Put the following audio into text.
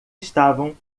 estavam